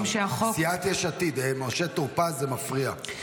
סיעת יש עתיד, משה טור פז, זה מפריע.